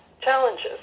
challenges